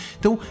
então